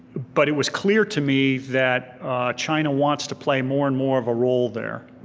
but it was clear to me that china wants to play more and more of a role there.